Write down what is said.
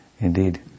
indeed